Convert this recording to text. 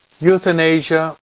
Euthanasia